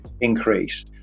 increase